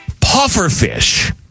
pufferfish